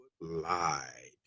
lied